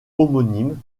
homonyme